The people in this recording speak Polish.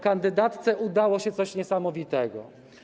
Kandydatce udało się coś niesamowitego.